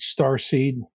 Starseed